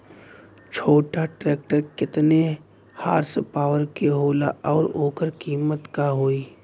छोटा ट्रेक्टर केतने हॉर्सपावर के होला और ओकर कीमत का होई?